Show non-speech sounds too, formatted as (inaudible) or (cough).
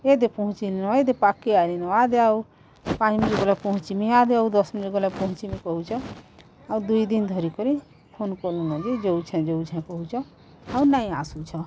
ଏଇ ଦେ ପହଞ୍ଚିଲ ଏଇ ଦେ ପାଖ କେ ଆଇଲ ଆଦେ ଆଉ (unintelligible) ପହଞ୍ଚିମି ଆ ଦେ ଆଉ ଦଶ ମିନିଟ୍ ଗଲେ ପହଞ୍ଚିମି କହୁଛ ଆଉ ଦୁଇ ଦିନ୍ ଧରି କରି ଫୋନ୍ କର୍ମୁ ବୋଲି ଯଉଛେ ଯଉଛେ କହୁଛ ଆଉ ନାଇଁ ଆସୁଛ